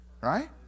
right